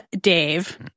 Dave